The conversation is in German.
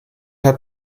hat